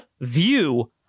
view